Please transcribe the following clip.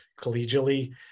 collegially